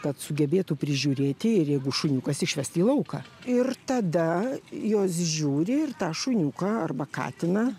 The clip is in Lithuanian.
kad sugebėtų prižiūrėti ir jeigu šuniukas išvesti į lauką ir tada jos žiūri ir tą šuniuką arba katiną